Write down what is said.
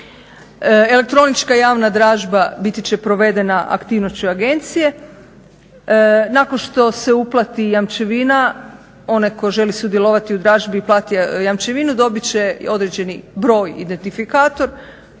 Elektronička javna dražba biti će provedena aktivnošću agencije. Nakon što se uplati jamčevina onaj tko želi sudjelovati u dražbi i plati jamčevinu dobit će određeni broj identifikator